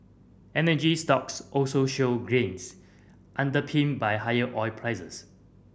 energy stocks also showed gains underpinned by higher oil